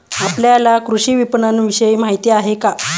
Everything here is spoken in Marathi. आपल्याला कृषी विपणनविषयी माहिती आहे का?